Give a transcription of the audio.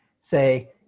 say